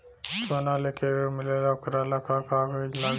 सोना लेके ऋण मिलेला वोकरा ला का कागज लागी?